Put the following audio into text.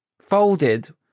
Folded